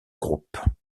groupes